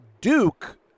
Duke